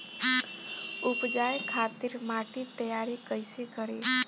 उपजाये खातिर माटी तैयारी कइसे करी?